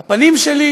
שבהן הפנים שלי,